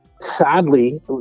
Sadly